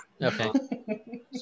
Okay